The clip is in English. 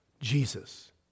Jesus